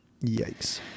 Yikes